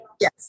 yes